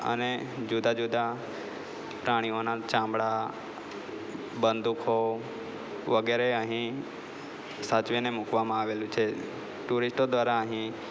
અને જુદા જુદા પ્રાણીઓના ચામડા બંદૂકો વગેરે અહીં સાચવીને મૂકવામાં આવેલી છે ટુરિસ્ટો દ્વારા અહીં